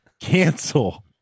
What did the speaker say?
Cancel